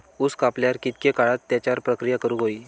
ऊस कापल्यार कितके काळात त्याच्यार प्रक्रिया करू होई?